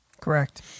Correct